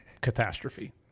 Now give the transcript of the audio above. catastrophe